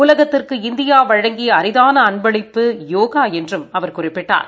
உலகத்திற்கு இந்தியா வழங்கிய அரிதான அன்பளிப்பு யோகா என்றும் அவா குறிப்பிட்டார்